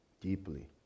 deeply